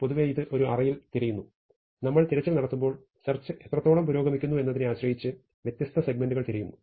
പൊതുവേ ഇത് ഒരു അറേയിൽ തിരയുന്നു നമ്മൾ തിരച്ചിൽ നടത്തുമ്പോൾ സെർച്ച് എത്രത്തോളം പുരോഗമിക്കുന്നു എന്നതിനെ ആശ്രയിച്ച് വ്യത്യസ്ത സെഗ്മെന്റുകൾ തിരയുന്നു